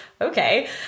okay